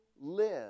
live